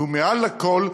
ומעל לכול,